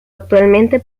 actualmente